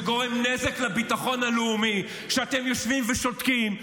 שגורם נזק לביטחון הלאומי, כשאתם יושבים ושותקים.